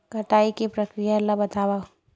कटाई के प्रक्रिया ला बतावव?